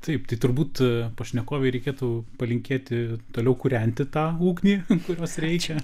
taip tai turbūt pašnekovei reikėtų palinkėti toliau kūrenti tą ugnį kurios reikia